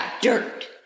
dirt